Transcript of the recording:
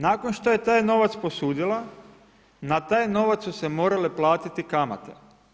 Nakon što je taj novac posudila, na taj novac su se morale platiti kamate.